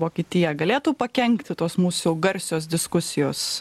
vokietija galėtų pakenkti tos mūsų garsios diskusijos